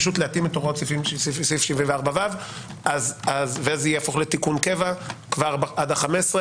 פשוט להתאים את הוראות סעיף 74ו ואז זה יהפוך לתיקון קבע עד ה-15 בחודש,